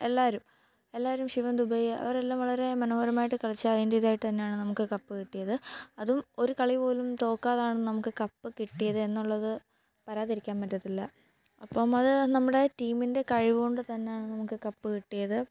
എല്ലാവരും എല്ലാവരും ശിവൻ ദുബയ് അവരെല്ലാം വളരെ മനോഹരമായിട്ടു കളിച്ച അതിൻ്റെ ഇതായിട്ടു തന്നെയാണ് നമുക്കു കപ്പ് കിട്ടിയത് അതും ഒരു കളി പോലും തോൽക്കാതാണ് നമുക്ക് കപ്പ് കിട്ടിയത് എന്നുള്ളതു പറയാതിരിക്കാൻ പറ്റത്തില്ല അപ്പം മോൽ നമ്മുടെ ടീമിൻ്റെ കഴിവുകൊണ്ട് തന്നെയാണ് നമുക്കു കപ്പ് കിട്ടിയത്